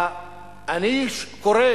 אני קורא